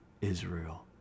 Israel